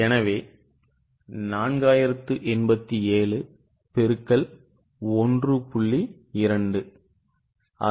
எனவே 4087 X 1